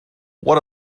what